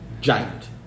giant